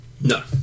no